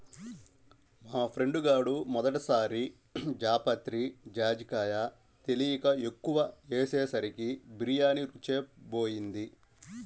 మా ఫ్రెండు గాడు మొదటి సారి జాపత్రి, జాజికాయ తెలియక ఎక్కువ ఏసేసరికి బిర్యానీ రుచే బోయింది